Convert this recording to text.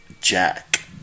Jack